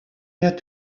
had